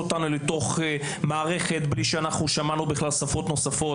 אותנו למערכת בלי ששמענו שפות נוספות.